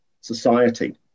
society